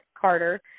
Carter